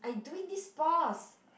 I doing this pause